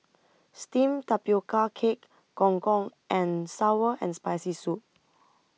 Steamed Tapioca Cake Gong Gong and Sour and Spicy Soup